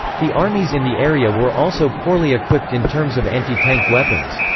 the armies in the area were also poorly equipped in terms of anti-tank weapons.